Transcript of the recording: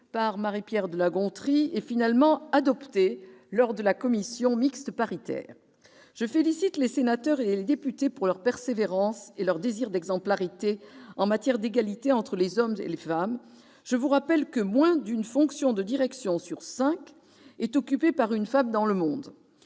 par Marie-Pierre de la Gontrie et finalement adopté lors de la commission mixte paritaire. Je félicite les sénateurs et les députés pour leur persévérance et leur désir d'exemplarité en matière d'égalité entre les hommes et les femmes. Je vous rappelle que moins d'une fonction de direction sur cinq est occupée par une femme dans le monde.